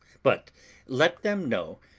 but let them know,